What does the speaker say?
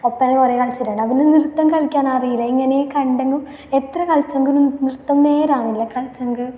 ഒപ്പന കുറേ കളിച്ചിട്ടുണ്ട് പിന്നെ നൃത്തം കളിക്കാൻ അറിയില്ല എങ്ങനെ കണ്ടെങ്കിലും എത്ര കളിച്ചെങ്കിലും നൃത്തം നേരെ ആവുന്നില്ല കളിച്ചെങ്കിൽ